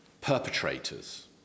perpetrators